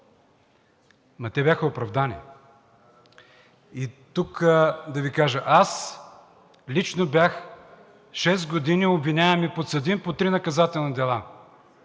Ама те бяха оправдани! И тук да Ви кажа – аз лично бях шест години обвиняем и подсъдим по три наказателни дела,